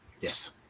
yes